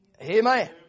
Amen